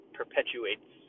perpetuates